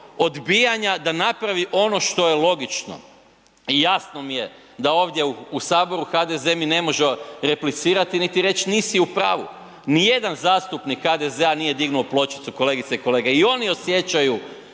odbijanja da napravi ono što je logično i jasno mi je da ovdje u Saboru HDZ mi ne može replicirati niti reći nisi u pravu. Nijedan zastupnik HDZ-a nije dignuo pločicu, kolegice i kolege, i oni osjećaju